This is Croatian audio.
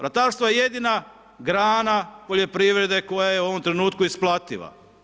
Ratarstvo je jedina grana poljoprivrede koja je u ovom trenutku isplativa.